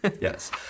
Yes